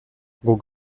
guk